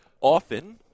often